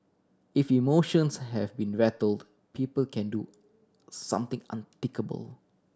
if emotions have been rattled people can do something unthinkable